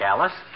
Alice